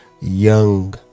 young